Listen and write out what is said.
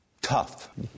tough